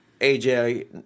AJ